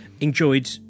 enjoyed